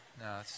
No